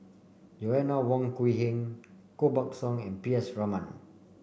Joanna Wong Quee Heng Koh Buck Song and P S Raman